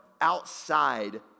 outside